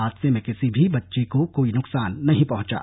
हादसे में किसी भी बच्चे को कोई नुकसान नहीं पहुंचा है